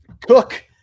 Cook